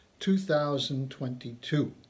2022